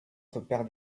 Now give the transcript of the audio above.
repère